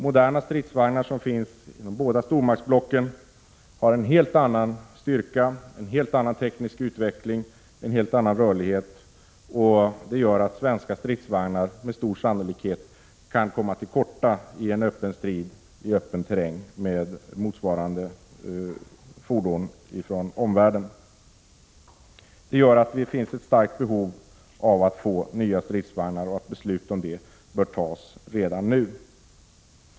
Moderna stridsvagnar inom de båda stormaktsblocken har en helt annan styrka, ett helt annat tekniskt utförande och en helt annan rörlighet, vilket gör att svenska stridsvagnar med stor sannolikhet skulle komma till korta i en öppen strid med motsvarande utländska fordon i öppen terräng. Detta gör att det finns ett starkt behov av att få nya stridsvagnar och att beslut härom bör fattas redan nu.